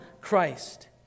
Christ